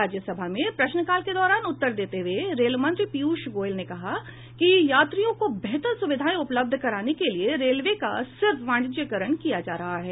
राज्यसभा में प्रश्नकाल के दौरान उत्तर देते हुए रेल मंत्री पीयूष गोयल ने कहा कि यात्रियों को बेहतर सुविधाएं उपलब्ध कराने के लिए रेलवे का सिर्फ वाणिज्यिकरण किया जा रहा है